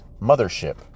mothership